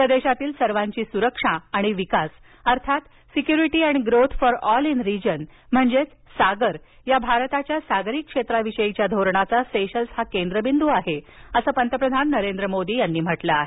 प्रदेशातील सर्वांची सुरक्षा आणि विकास अर्थात security and growth for all in region म्हणजेच सागर या भारताच्या सागरी क्षेत्राविषयीच्या धोरणाचा सेशल्स हा केंद्रबिंद् आहे असं पंतप्रधान नरेंद्र मोदी यांनी म्हटलं आहे